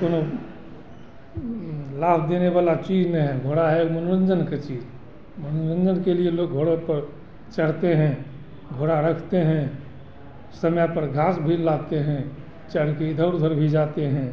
तो लाभ देने वाला चीज ने है घोड़ा है मनोरंजन का चीज मनोरंजन के लिये लोग घोड़ों पर चरते हैं घोड़ा रखते हैं समय पर घास भी लाते हैं चर के इधर उधर भी जाते हैं